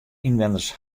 ynwenners